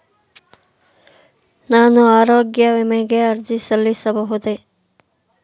ನಾನು ಆರೋಗ್ಯ ವಿಮೆಗೆ ಅರ್ಜಿ ಸಲ್ಲಿಸಬಹುದೇ?